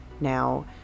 Now